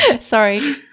Sorry